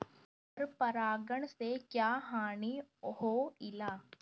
पर परागण से क्या हानि होईला?